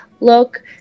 look